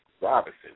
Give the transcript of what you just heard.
Robinson